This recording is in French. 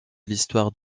l’histoire